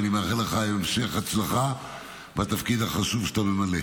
ואני מאחל לך המשך הצלחה בתפקיד החשוב שאתה ממלא.